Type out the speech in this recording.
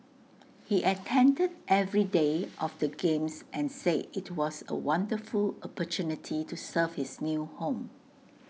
he attended every day of the games and say IT was A wonderful opportunity to serve his new home